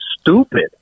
stupid